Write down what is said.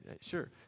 sure